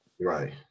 Right